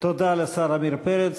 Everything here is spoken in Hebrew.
תודה לשר עמיר פרץ.